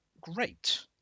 great